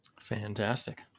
Fantastic